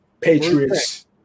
Patriots